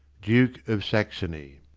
duke of saxony.